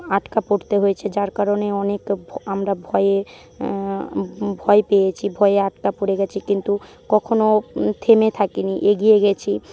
আটকা পড়তে হয়েছে যার কারণে অনেক আমরা ভয়ে ভয় পেয়েছি ভয়ে আটকা পড়ে গেছি কিন্তু কখনও থেমে থাকিনি এগিয়ে গেছি